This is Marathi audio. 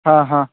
हां हां